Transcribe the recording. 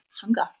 hunger